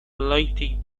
lighting